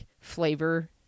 flavor